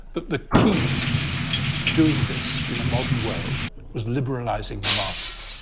that the key to doing this in a modern world was liberalizing the market.